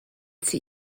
sie